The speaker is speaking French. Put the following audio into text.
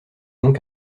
donc